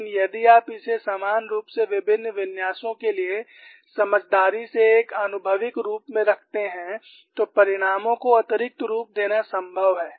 लेकिन यदि आप इसे समान रूप से विभिन्न विन्यासों के लिए समझदारी से एक आनुभविक रूप में रखते हैं तो परिणामों को अतिरिक्त रूप देना संभव है